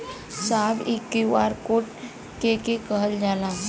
साहब इ QR code के के कहल जाला?